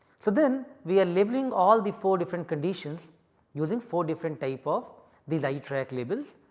so, then we are labeling all the four different conditions using four different type of these itraq labels,